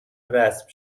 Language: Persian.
رسم